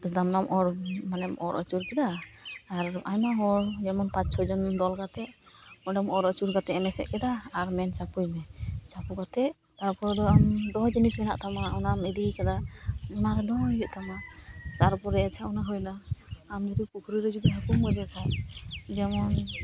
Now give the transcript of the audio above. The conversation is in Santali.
ᱫᱟᱢᱱᱟᱢ ᱚᱨ ᱢᱟᱱᱮᱢ ᱚᱨ ᱟᱪᱩᱨ ᱠᱮᱫᱟ ᱟᱨ ᱟᱭᱢᱟ ᱦᱚᱲ ᱡᱮᱢᱚᱱ ᱯᱟᱸᱪ ᱪᱷᱚ ᱡᱚᱱ ᱫᱚᱞ ᱠᱟᱛᱮ ᱚᱸᱰᱮᱢ ᱚᱨᱪᱩᱨ ᱠᱟᱛᱮ ᱮᱢ ᱮᱥᱮᱫ ᱠᱮᱫᱟ ᱟᱨ ᱢᱮᱱ ᱪᱟᱯᱚᱭ ᱢᱮ ᱪᱟᱯᱚ ᱠᱟᱛᱮ ᱛᱟᱨᱯᱚᱨ ᱫᱚ ᱟᱢ ᱫᱚᱦᱚ ᱡᱤᱱᱤᱥ ᱢᱮᱱᱟᱜ ᱛᱟᱢᱟ ᱚᱱᱟᱢ ᱤᱫᱤᱭ ᱠᱟᱫᱟ ᱚᱱᱟ ᱨᱮ ᱫᱚᱦᱚᱭ ᱦᱩᱭᱩᱜ ᱛᱟᱢᱟ ᱛᱟᱨᱯᱚᱨᱮ ᱟᱪᱷᱟ ᱚᱱᱟ ᱦᱩᱭ ᱮᱱᱟ ᱟᱢ ᱡᱩᱫᱤ ᱯᱩᱠᱷᱨᱤ ᱨᱮ ᱡᱩᱫᱤ ᱦᱟᱹᱠᱩᱢ ᱜᱚᱡᱮ ᱠᱷᱟᱱ ᱡᱮᱢᱚᱱ